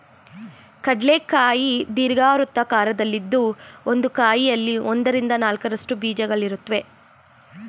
ಕಡ್ಲೆ ಕಾಯಿ ದೀರ್ಘವೃತ್ತಾಕಾರದಲ್ಲಿದ್ದು ಒಂದು ಕಾಯಲ್ಲಿ ಒಂದರಿಂದ ನಾಲ್ಕರಷ್ಟು ಬೀಜಗಳಿರುತ್ವೆ